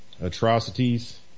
atrocities